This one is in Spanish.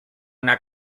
una